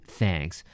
thanks